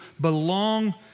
belong